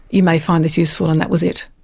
you may find this useful. and that was it.